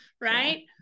Right